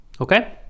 Okay